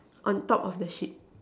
on top of the sheet